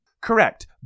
Correct